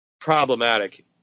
problematic